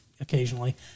occasionally